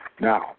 Now